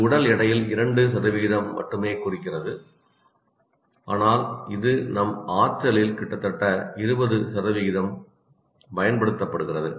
இது உடல் எடையில் 2 மட்டுமே குறிக்கிறது ஆனால் இது நம் ஆற்றலில் கிட்டத்தட்ட 20 பயன்படுத்துகிறது